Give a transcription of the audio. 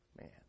man